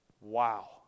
Wow